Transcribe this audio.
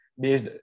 based